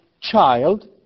child